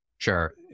Sure